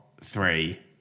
three